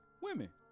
Women